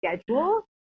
schedule